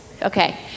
Okay